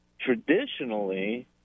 traditionally